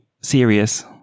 serious